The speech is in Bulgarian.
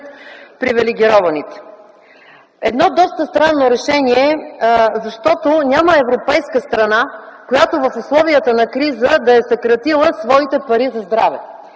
привилегированите. Едно доста странно решение, защото няма европейска страна, която в условията на криза да е съкратила своите пари за здраве.